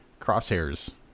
crosshairs